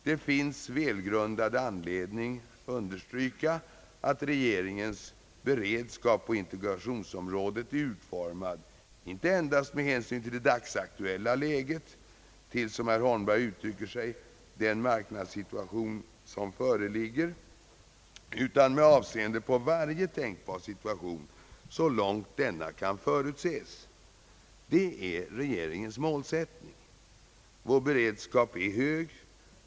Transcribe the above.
Det finns välgrundad anledning understryka att regeringens beredskap på integrationsområdet är utformad ej endast med hänsyn till det dagsaktuella läget, till — som herr Holmberg uttryc ker sig — »den marknadssituation som nu föreligger», utan med avseende på varje tänkbar situation, så långt denna kan förutses, Detta är regeringens målsättning. Vår beredskap är hög.